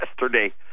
yesterday